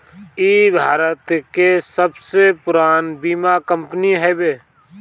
इ भारत के सबसे पुरान बीमा कंपनी हवे